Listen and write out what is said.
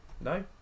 No